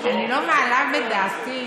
אני לא מעלה בדעתי